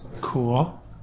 cool